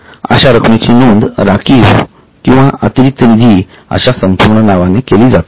अशा रकमेची नोंद राखीव किंवा अतिरिक्त निधी अशा संपूर्ण नावाने केली जाते